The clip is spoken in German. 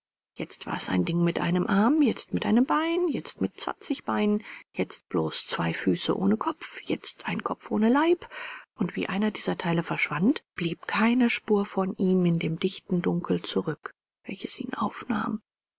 jetzt war es ein ding mit einem arm jetzt mit einem bein jetzt mit zwanzig beinen jetzt bloß zwei füße ohne kopf jetzt ein kopf ohne leib und wie einer dieser teile verschwand blieb keine spur von ihm in dem dichten dunkel zurück welches ihn aufnahm